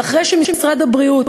ואחרי שמשרד הבריאות